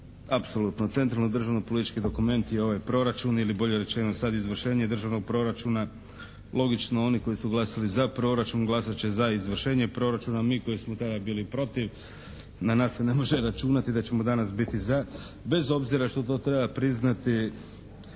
Apsolutno centralno državno-politički dokument je ovaj proračun ili bolje rečeno sad izvršenje državnog proračuna logično oni koji su glasali za proračun glasat će za izvršenje proračuna, mi koji smo tada bili protiv na nas se ne može računati da ćemo danas biti za bez obzira što to treba priznati,